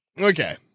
Okay